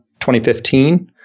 2015